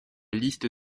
liste